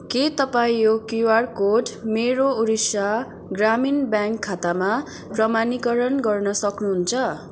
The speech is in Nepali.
के तपाईँ यो क्युआर कोड मेरो ओडिसा ग्रामीण ब्याङ्क खाता प्रमाणीकरण गर्न सक्नुहुन्छ